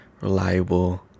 reliable